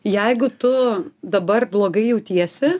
jeigu tu dabar blogai jautiesi